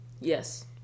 Yes